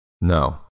No